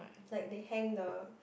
like they hang the